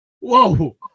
Whoa